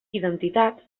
identitats